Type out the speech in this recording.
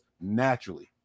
naturally